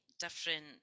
different